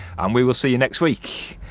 and we will see you next week.